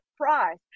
price